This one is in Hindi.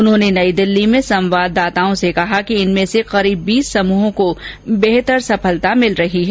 उन्होंने नई दिल्ली में संवाददाताओं से कहा कि इनमें से लगभग बीस समूहों को बेहतर सफलता मिल रही है